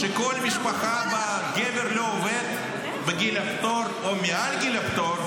שכל משפחה שבה הגבר לא עובד בגיל הפטור או מעל גיל הפטור,